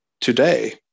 Today